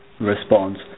response